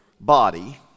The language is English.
body